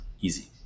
easy